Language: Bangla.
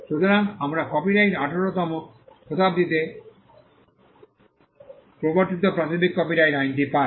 সুতরাং আমরা কপিরাইটটি 18 ম শতাব্দীতে প্রবর্তিত প্রাথমিক কপিরাইট আইনটি পাই